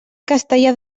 castellar